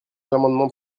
l’amendement